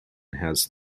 has